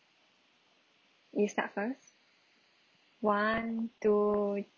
you start first one two